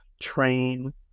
train